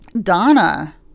Donna